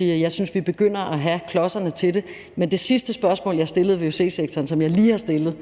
Jeg synes, vi begynder at have klodserne til det. Men det sidste spørgsmål, jeg stillede vuc-sektoren, og som jeg lige har stillet,